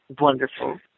wonderful